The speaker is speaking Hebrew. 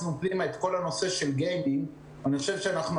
אין ספק שאם הלמידה מרחוק תמשיך אחרי פסח וכנראה זה מה